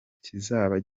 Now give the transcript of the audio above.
kizaba